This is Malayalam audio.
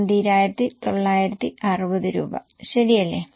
12960 രൂപ ശരിയല്ലേ